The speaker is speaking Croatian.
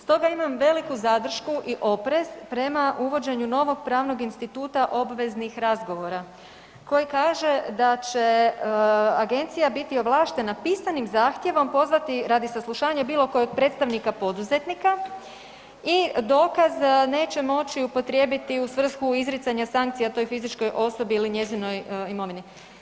Stoga imam veliku zadršku i oprez prema uvođenju novog pravnog instituta obveznih razgovora koji kaže da će Agencija biti ovlaštena pisanim zahtjevom pozvati radi saslušanja bilo kojeg predstavnika poduzetnika i dokaz neće moći upotrijebiti u svrhu izricanja sankcija toj fizičkoj osobi ili njezinoj imovini.